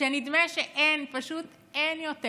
כשנדמה שאין,